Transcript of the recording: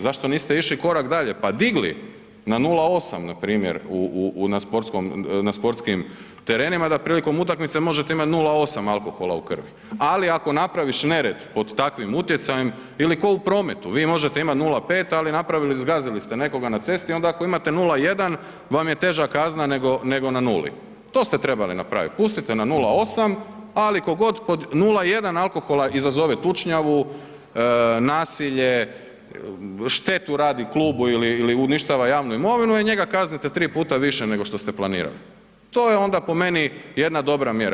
Zašto niste išli korak dalje, pa digli na 0,8 npr. u, u, u, na sportskom, na sportskim terenima da prilikom utakmice možete imat 0,8 alkohola u krvi, ali ako napraviš nered pod takvim utjecajem ili ko u prometu, vi možete imat 0,5, ali napravili, zgazili ste nekoga na cesti, onda ako imate 0,1 vam je teža kazna nego, nego na nuli, to ste trebali napravit, pustite na 0,8, ali ko god pod 0,1 alkohola izazove tučnjavu, nasilje, štetu radi klubu ili, ili uništava javnu imovinu, njega kaznite 3 puta više nego što ste planirali, to je onda po meni jedna dobra mjera.